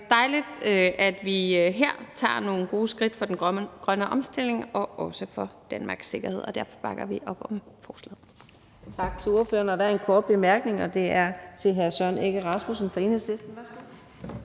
dejligt, at vi her tager nogle gode skridt for den grønne omstilling og også for Danmarks sikkerhed, og derfor bakker vi op om lovforslaget.